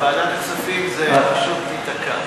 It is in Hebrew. בוועדת הכספים זה פשוט ייתקע.